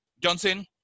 Johnson